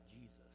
Jesus